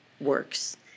works